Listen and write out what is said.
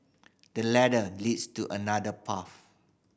the ladder leads to another path